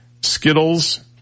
Skittles